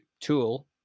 tool